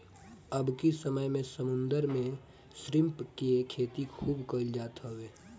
अबकी समय में समुंदर में श्रिम्प के खेती खूब कईल जात हवे